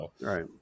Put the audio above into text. right